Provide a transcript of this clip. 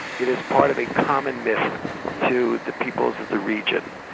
it is part of a common myth to the peoples of the region.